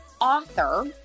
author